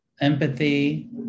empathy